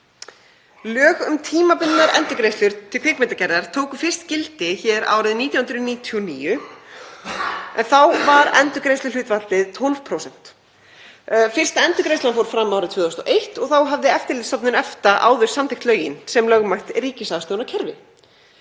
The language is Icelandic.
Lög um tímabundnar endurgreiðslur til kvikmyndagerðar tóku fyrst gildi árið 1999. Þá var endurgreiðsluhlutfallið 12%. Fyrsta endurgreiðslan fór fram árið 2001 og þá hafði Eftirlitsstofnun EFTA áður samþykkt lögin sem lögmætt ríkisaðstoðarkerfi.